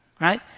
right